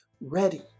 ready